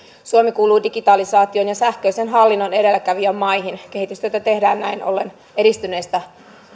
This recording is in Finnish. suomi kuuluu digitalisaation ja sähköisen hallinnon edelläkävijämaihin kehitystyötä tehdään näin ollen edistyneistä